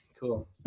Cool